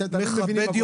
מכבד יותר,